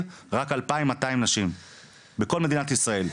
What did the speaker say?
רק אלפיים מאתיים נשים בכל מדינת ישראל.